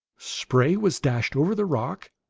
spray was dashed over the rock,